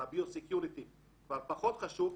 הביו סקיוריטי כבר פחות חשוב,